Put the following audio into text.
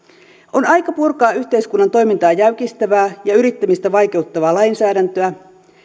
on aika purkaa yhteiskunnan toimintaa jäykistävää ja yrittämistä vaikeuttavaa lainsäädäntöä